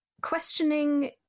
questioning